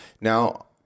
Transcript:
now